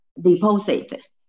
deposited